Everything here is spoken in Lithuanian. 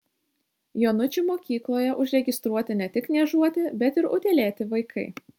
jonučių mokykloje užregistruoti ne tik niežuoti bet ir utėlėti vaikai